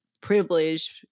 privileged